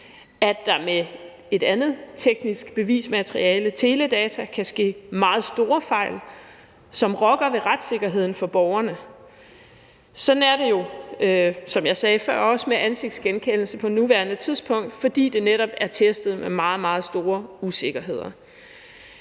at der med et andet teknisk bevismateriale, teledata, kan ske meget store fejl, som rokker ved retssikkerheden for borgerne. Sådan er det jo, som jeg sagde før, også med ansigtsgenkendelse på nuværende tidspunkt, fordi det netop er testet med meget, meget store usikkerheder.